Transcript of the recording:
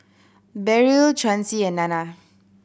Beryl Chauncy and Nana